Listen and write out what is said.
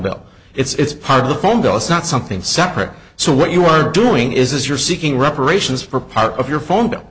bill it's part of the condo it's not something separate so what you are doing is you're seeking reparations for part of your phone bill